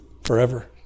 forever